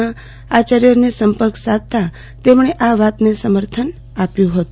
ના આચાર્યનો સંપર્ક સાધતા તેમણે આ વાતને સમર્થન આપ્યું હત